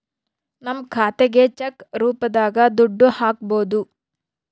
ನಮ್ ಖಾತೆಗೆ ಚೆಕ್ ರೂಪದಾಗ ದುಡ್ಡು ಹಕ್ಬೋದು